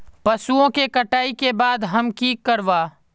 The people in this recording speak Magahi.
पशुओं के कटाई के बाद हम की करवा?